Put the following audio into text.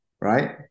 right